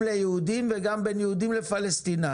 ליהודים וגם בין יהודים לפלסטינאים,